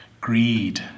Greed